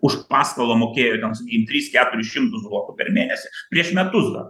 už paskolą mokėjo ten sakykim tris keturis šimtus zlotų per mėnesį prieš metus dar